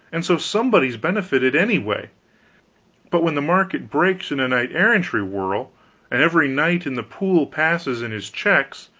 and so somebody's benefited anyway but when the market breaks, in a knight-errantry whirl, and every knight in the pool passes in his checks,